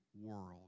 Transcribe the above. world